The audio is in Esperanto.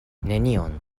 nenion